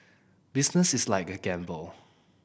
business is like a gamble